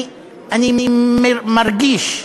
אני מרגיש,